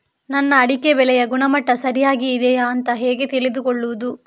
ನನ್ನ ಅಡಿಕೆ ಬೆಳೆಯ ಗುಣಮಟ್ಟ ಸರಿಯಾಗಿ ಇದೆಯಾ ಅಂತ ಹೇಗೆ ತಿಳಿದುಕೊಳ್ಳುವುದು?